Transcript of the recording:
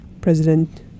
President